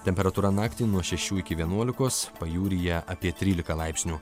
temperatūra naktį nuo šešių iki vienuolikos pajūryje apie trylika laipsnių